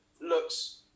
looks